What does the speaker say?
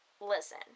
Listen